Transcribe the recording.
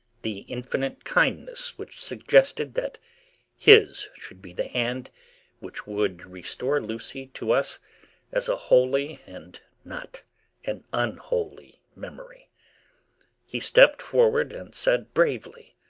the infinite kindness which suggested that his should be the hand which would restore lucy to us as a holy, and not an unholy, memory he stepped forward and said bravely,